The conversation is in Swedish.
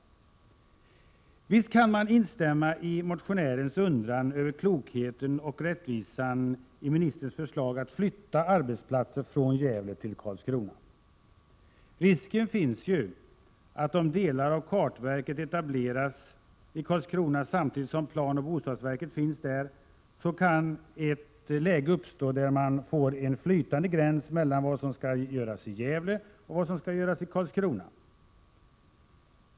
Visst kan man instämma i motionärens undran över klokheten och rättvisan i ministerns förslag att flytta arbetsplatser från Gävle till Karlskrona. Risken finns ju, om delar av kartverket etableras i Karlskrona samtidigt som planoch bostadsverket finns där, att det uppstår ett läge med en flytande gräns mellan vad som skall göras i Gävle resp. Karlskrona.